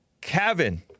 Kevin